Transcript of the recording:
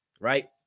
right